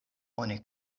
oni